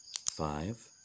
Five